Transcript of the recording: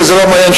כי זה לא מעניין,